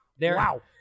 Wow